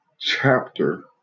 chapter